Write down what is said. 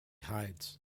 hides